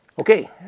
Okay